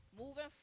moving